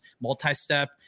multi-step